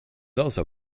also